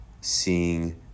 seeing